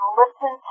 listen